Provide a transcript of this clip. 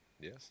Yes